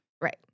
Right